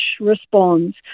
responds